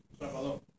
Salvador